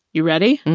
you ready?